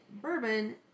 Bourbon